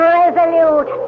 resolute